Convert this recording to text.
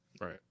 right